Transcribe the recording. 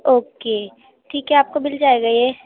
okay ٹھیک ہے آپ کو مل جائے گا یہ